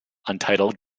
untitled